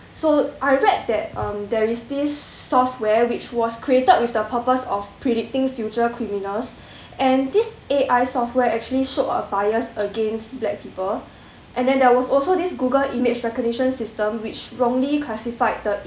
so I read that um there is this software which was created with the purpose of predicting future criminals and this A_I software actually showed a bias against black people and then there was also this google image recognition system which wrongly classified the